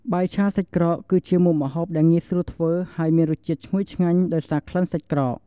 បាយឆាសាច់ក្រក គឺជាមុខម្ហូបដែលងាយស្រួលធ្វើ ហើយមានរសជាតិឈ្ងុយឆ្ងាញ់ ដោយសារក្លិនសាច់ក្រក។